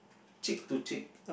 cheek to cheek